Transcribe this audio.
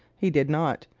he did not.